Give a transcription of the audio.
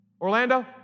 Orlando